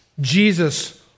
Jesus